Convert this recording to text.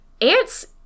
ants